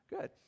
Good